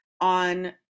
on